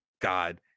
god